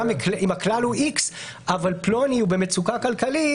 גם אם הכלל הוא איקס אבל פלוני הוא במצוקה כלכלית,